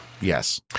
Yes